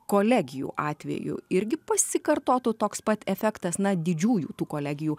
kolegijų atveju irgi pasikartotų toks pat efektas na didžiųjų tų kolegijų